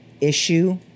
issue